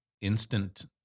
instant